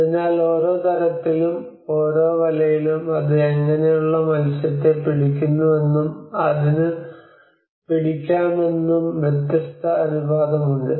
അതിനാൽ ഓരോ തരത്തിലും ഓരോ വലയിലും അത് എങ്ങനെയുള്ള മത്സ്യത്തെ പിടിക്കുന്നുവെന്നും അതിന് പിടിക്കാമെന്നും വ്യത്യസ്ത അനുപാതമുണ്ട്